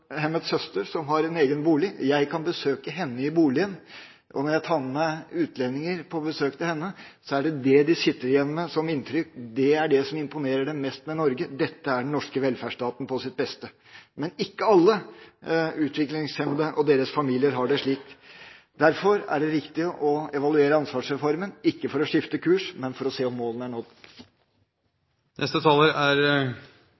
søster som har en egen bolig. Jeg kan besøke henne i boligen, og når jeg tar med meg utlendinger på besøk til henne, er det det de sitter igjen med som inntrykk – det er det som imponerer dem mest med Norge. Dette er den norske velferdsstaten på sitt beste. Men ikke alle utviklingshemmede og deres familier har det slik. Derfor er det viktig å evaluere ansvarsreformen, ikke for å skifte kurs, men for å se om målene er